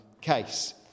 case